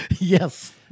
Yes